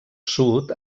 sud